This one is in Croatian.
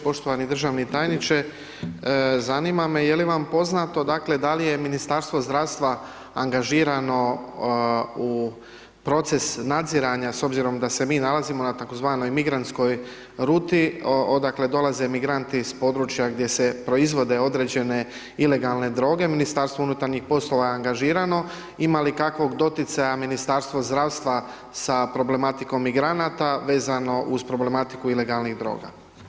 Poštovani državni tajniče, zanima me, je li vam poznato, dakle, da li je Ministarstvo zdravstva angažirano u proces nadziranja, s obzirom da se mi nalazimo na tzv. migrantskoj ruti, odakle dolaze migranti s područja gdje se proizvode određene ilegalne droge, MUP je angažirano, imali kakvog doticaja Ministarstvo zdravstva sa problematikom migranata, vezano uz problematiku ilegalnih droga?